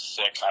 six